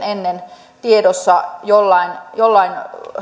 ennen ennakkoäänestyksiä tiedossa jollain jollain